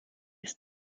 ist